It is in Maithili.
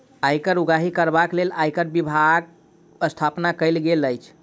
आयकर उगाही करबाक लेल आयकर विभागक स्थापना कयल गेल अछि